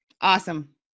Awesome